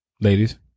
ladies